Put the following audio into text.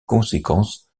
conséquence